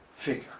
figure